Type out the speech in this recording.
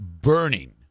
burning